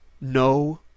no